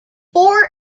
four